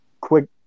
quick